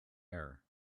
air